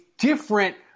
Different